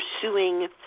pursuing